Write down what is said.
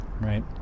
right